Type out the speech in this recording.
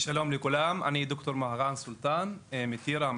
שלום לכולם, אני רופא שיניים מטירה,